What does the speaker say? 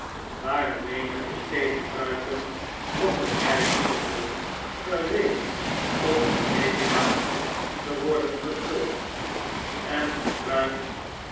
waar een menigte steenen kruiken op een rij stonden gereed om met heet water te worden gevuld en gebruikt